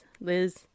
Liz